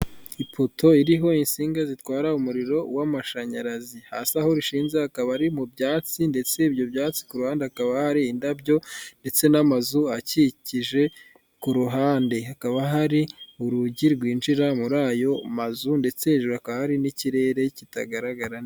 Ipoto iriho insinga zitwara umuriro w'amashanyarazi hasi aho rishinze akaba ari mu byatsi ndetse ibyo byatsi ku ruhande hakaba hari indabyo ndetse n'amazu akikije ku ruhande hakaba hari urugi rwinjira muri ayo mazu ndetse hejuru hakaba hari n'ikirere kitagaragara neza.